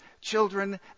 children